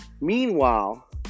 Meanwhile